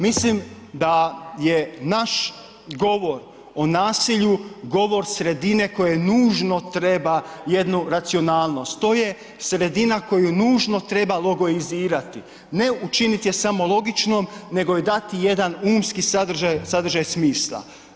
Mislim da je naš govor o nasilju govor sredine koje nužno treba jednu racionalnost, to je sredina koju nužno treba logoizirati, ne učinit je samo logičnom nego joj dati jedan umski sadržaj, sadržaj smisla.